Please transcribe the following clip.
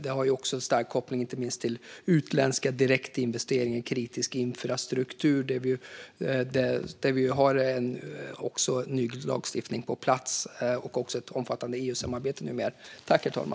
Det har också en stark koppling inte minst till utländska direktinvesteringar i kritisk infrastruktur, där vi har en ny lagstiftning på plats och också ett omfattande EU-samarbete numera.